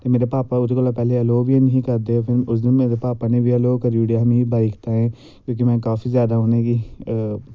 ते मेरे भापा ओह्दे कोला पैह्ले आलाओ बी नी हे करदे उस दिन मेरे भापा ने बी आलाओ करी ओड़ेआ हा बॉईक तांई क्योंकि में काफी जादा उनेंगी